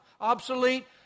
obsolete